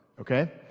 okay